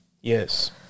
Yes